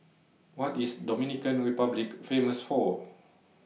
What IS Dominican Republic Famous For